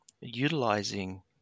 utilizing